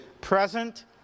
present